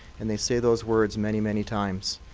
and they say those words many, many times,